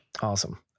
Awesome